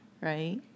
Right